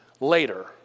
later